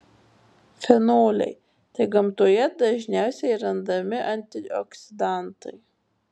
fenoliai tai gamtoje dažniausiai randami antioksidantai